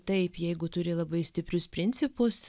taip jeigu turi labai stiprius principus